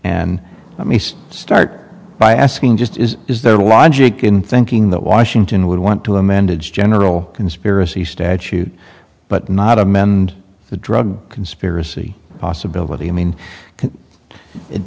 and let me start by asking just is is there a logic in thinking that washington would want to amend its general conspiracy statute but not amend the drug conspiracy possibility i mean it